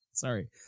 Sorry